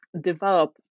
Develop